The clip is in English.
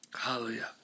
Hallelujah